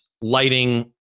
lighting